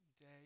day